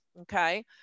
Okay